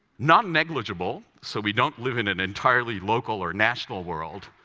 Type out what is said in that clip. non-negligible, so we don't live in an entirely local or national world,